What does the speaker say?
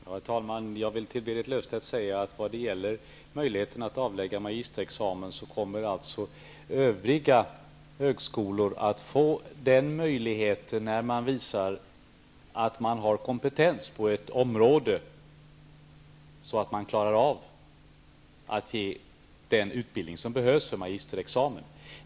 Herr talman! Jag vill till Berit Löfstedt säga när det gäller möjligheten att avlägga magisterexamen att övriga högskolor kommer att få den möjligheten när de visar att de har kompetens på ett område så att de klarar av att ge den utbildning som behövs för magisterexamen.